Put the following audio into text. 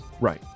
Right